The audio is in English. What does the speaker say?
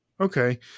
Okay